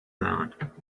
that